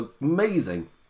amazing